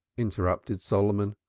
interrupted solomon,